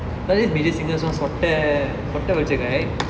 but this major singram சொட்ட சொட்ட வெச்ச:sotta sotta vecha guy